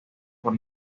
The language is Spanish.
por